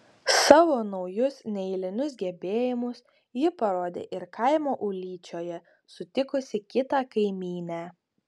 savo naujus neeilinius gebėjimus ji parodė ir kaimo ūlyčioje sutikusi kitą kaimynę